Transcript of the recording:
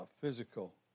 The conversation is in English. physical